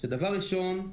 דבר ראשון,